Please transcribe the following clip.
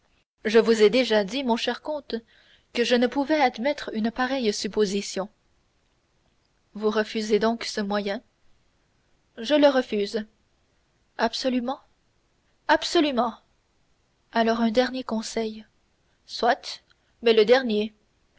je vous ai déjà dit mon cher comte que je ne pouvais admettre une pareille supposition vous refusez donc ce moyen je le refuse absolument absolument alors un dernier conseil soit mais le dernier